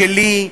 שלי,